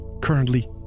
currently